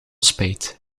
spijt